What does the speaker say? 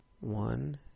One